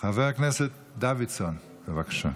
חבר הכנסת דוידסון, בבקשה.